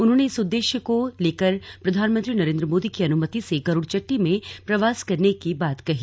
उन्होंने इस उद्देश्य को लेकर प्रधानमंत्री नरेंद्र मोदी की अनुमति से गरुड़चट्टी में प्रवास करने की बात कही